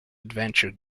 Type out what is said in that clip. adventure